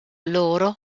loro